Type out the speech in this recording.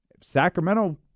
Sacramento